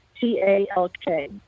T-A-L-K